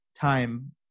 Time